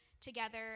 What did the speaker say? together